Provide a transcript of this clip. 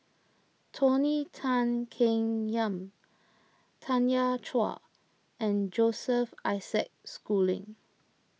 Tony Tan Keng Yam Tanya Chua and Joseph Isaac Schooling